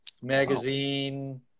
Magazine